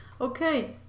Okay